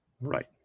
Right